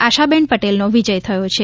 આશાબેન પટેલનો વિજય થયો છે